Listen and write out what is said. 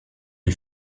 est